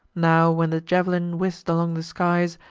now, when the jav'lin whizz'd along the skies,